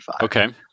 Okay